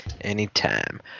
anytime